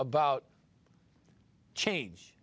about change